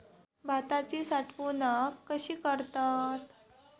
भाताची साठवूनक कशी करतत?